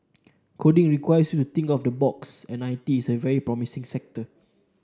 coding requires you to think out of the box and I T is a very promising sector